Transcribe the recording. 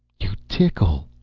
you tickle,